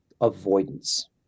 avoidance